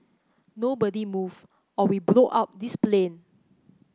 nobody move or we blow up this plane